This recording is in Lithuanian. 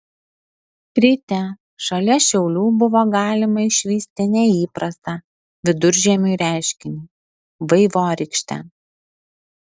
ryte šalia šiaulių buvo galima išvysti neįprastą viduržiemiui reiškinį vaivorykštę